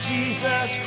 Jesus